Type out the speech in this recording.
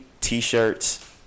t-shirts